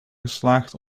geslaagd